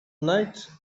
night